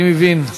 אני מבין,